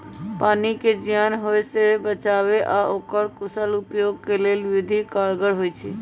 पानी के जीयान होय से बचाबे आऽ एकर कुशल उपयोग के लेल इ विधि कारगर होइ छइ